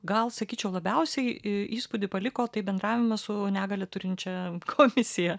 gal sakyčiau labiausiai į įspūdį paliko tai bendravimas su negalią turinčia komisija